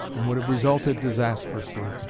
and would have resulted disastrously.